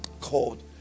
called